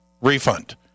refund